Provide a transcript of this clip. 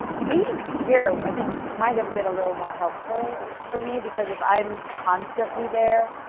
being here i think might have been a little more helpful for me because if i'm constantly there,